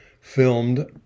Filmed